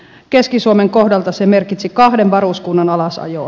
keski suomen kohdalta se merkitsi kahden varuskunnan alasajoa